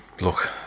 look